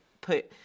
put –